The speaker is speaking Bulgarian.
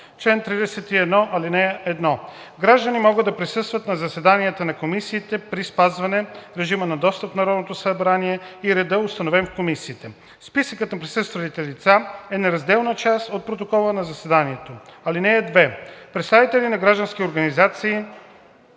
„Чл. 31. (1) Граждани могат да присъстват на заседанията на комисиите при спазване режима на достъп в Народното събрание и реда, установен в комисиите. Списъкът на присъствалите лица е неразделна част от протокола на заседанието. (2) Представители на граждански организации,